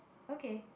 okay